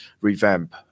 revamp